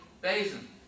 basin